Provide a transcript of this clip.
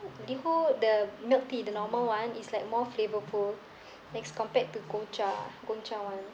Liho the milk tea the normal one is like more flavorful as compared to Gongcha Gongcha [one]